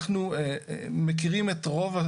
אנחנו מכירים את רוב,